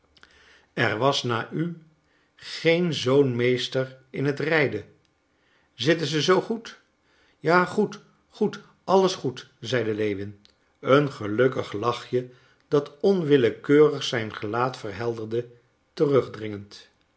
er was na u geen zoo'n meester in t rijden zitten ze z goed ja goed goed alles goed zeide lewin een gelukkig lachje dat onwillekeurig zijn gelaat verhelderde